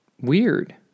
weird